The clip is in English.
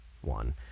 one